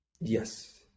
Yes